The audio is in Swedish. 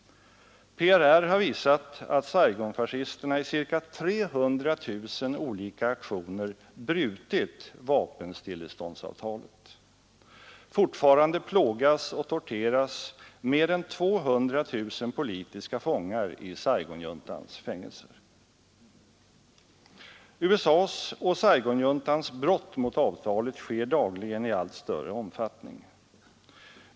PRR har visat att Saigonfascisterna i ca 300 000 olika aktioner brutit vapenstilleståndsavtalet. Fortfarande plågas och torteras mer än 200 000 politiska fångar i Saigonjuntans fängelser. USA:s och Saigonjuntans brott mot avtalet sker dagligen i allt större omfattning.